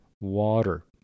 water